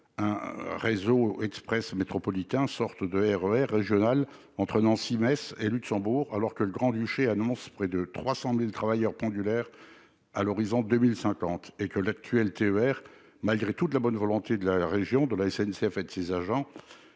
un réseau express métropolitain, sorte de RER régional entre Nancy-Metz et Luxembourg, alors que le Grand-Duché annonce près de 300 000 travailleurs pendulaires français à l'horizon de 2050 et que l'actuel TER, malgré toute la bonne volonté de la région, de la SNCF et de ses agents,